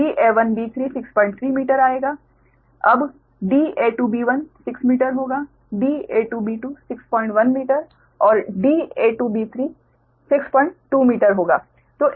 अब da2b1 6 metre होगा da2b2 61 metre और da2b3 62 मीटर होगा